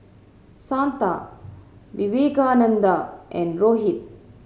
Santha Vivekananda and Rohit